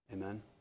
Amen